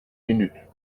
minutes